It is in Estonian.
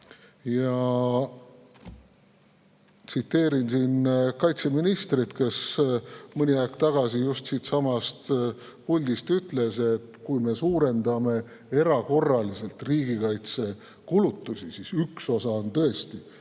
Tsiteerin siin kaitseministrit, kes mõni aeg tagasi just siitsamast puldist ütles, et kui me suurendame erakorraliselt riigikaitsekulutusi, siis üks osa on tõesti